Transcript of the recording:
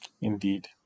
Indeed